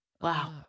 Wow